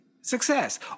success